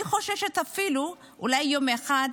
אני חוששת שאפילו אולי יום אחד